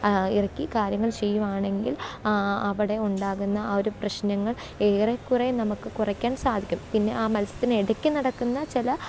ഇറക്കി കാര്യങ്ങള് ചെയ്യുകയാണെങ്കില് അവിടെ ഉണ്ടാകുന്ന ആ ഒരു പ്രശ്നങ്ങള് ഏറെക്കുറെ നമുക്ക് കുറയ്ക്കാന് സാധിക്കും പിന്നെ ആ മല്സരത്തിനിടയ്ക്ക് നടക്കുന്ന ചില